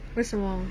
为什么